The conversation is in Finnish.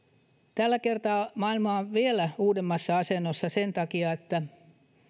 tällä kertaa maailma on vielä uudemmassa asennossa sen takia että